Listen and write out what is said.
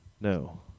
No